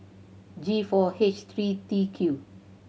G four H three T Q